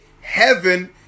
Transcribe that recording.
heaven